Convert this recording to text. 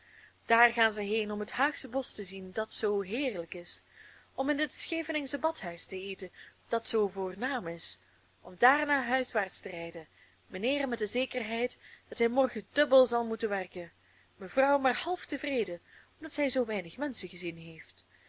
daar gaan zij heen om het haagsche bosch te zien dat zoo heerlijk en in het scheveningsche badhuis te eten dat zoo voornaam is om daarna huiswaarts te rijden mijnheer met de zekerheid dat hij morgen dubbel zal moeten werken mevrouw maar half tevreden omdat zij zoo weinig menschen gezien heeft